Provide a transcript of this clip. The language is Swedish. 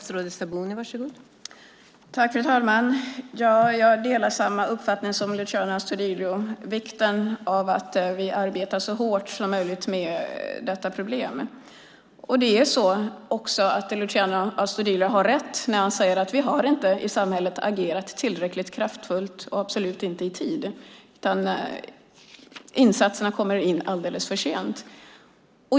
Fru talman! Jag delar Luciano Astudillos uppfattning om vikten av att vi arbetar så hårt som möjligt med detta problem. Luciano Astudillo har rätt när han säger att vi i samhället inte har agerat tillräckligt kraftfullt och absolut inte i tid. Insatserna kommer in alldeles för sent.